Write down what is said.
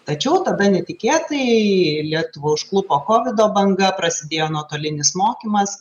tačiau tada netikėtai lietuvą užklupo kovido banga prasidėjo nuotolinis mokymas